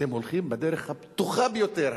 אתם הולכים בדרך הבטוחה ביותר,